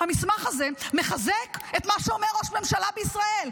המסמך הזה מחזק את מה שאומר ראש ממשלה בישראל,